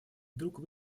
вдруг